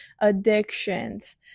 addictions